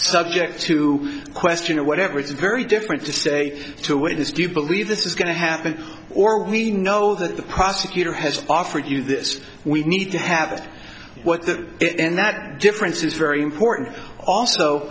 subject to question or whatever it's very different to say to a witness do you believe this is going to happen or we know that the prosecutor has offered you this we need to have what the it and that difference is very important also